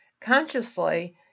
Consciously